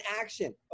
action